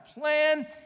plan